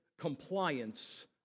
compliance